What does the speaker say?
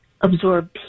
absorb